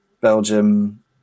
Belgium